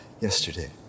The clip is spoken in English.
yesterday